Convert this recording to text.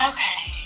Okay